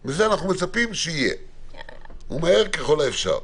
אבל אנחנו מצפים שיהיה ומהר ככל האפשר.